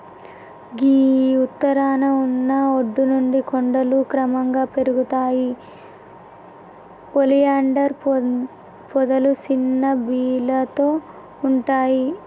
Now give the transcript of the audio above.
గీ ఉత్తరాన ఉన్న ఒడ్డు నుంచి కొండలు క్రమంగా పెరుగుతాయి ఒలియాండర్ పొదలు సిన్న బీలతో ఉంటాయి